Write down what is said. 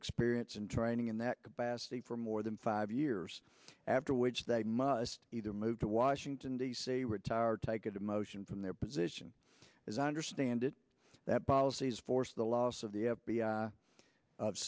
experience and training in that capacity for more than five years after which they must either move to washington d c retired take a demotion from their position as i understand it that policies forced the loss of the f